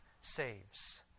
saves